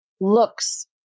looks